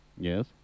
Yes